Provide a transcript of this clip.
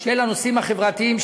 של הנושאים החברתיים,